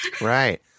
Right